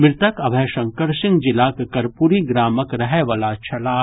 मृतक अभय शंकर सिंह जिलाक कर्पूरीग्रामक रहयवला छलाह